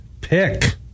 pick